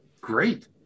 great